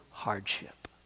hardship